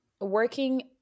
working